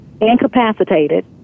incapacitated